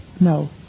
No